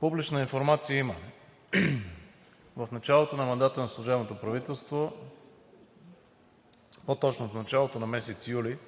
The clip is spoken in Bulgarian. публична информация има. В началото на мандата на служебното правителство, по-точно в началото на месец юли,